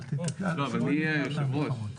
אבל מי יהיה היושב ראש?